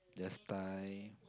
just tie